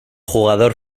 jugador